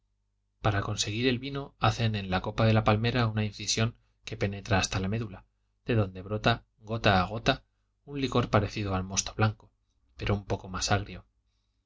para conseguir el vino hacen en la copa de la palmera una incisión que penetra hasta la medula de donde brota gota a gota un licor parecido al mosto blanco pero un poco más agrio